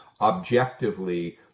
objectively